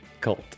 Cult